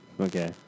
Okay